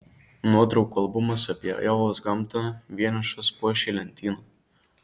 nuotraukų albumas apie ajovos gamtą vienišas puošė lentyną